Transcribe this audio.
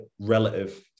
relative